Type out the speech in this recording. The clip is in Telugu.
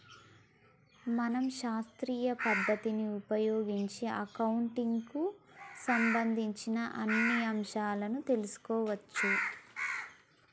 మనం శాస్త్రీయ పద్ధతిని ఉపయోగించి అకౌంటింగ్ కు సంబంధించిన అన్ని అంశాలను తెలుసుకోవచ్చు